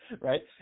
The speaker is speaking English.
right